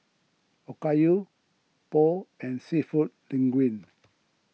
Okayu Pho and Seafood Linguine